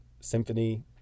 symphony